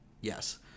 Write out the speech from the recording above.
yes